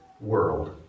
world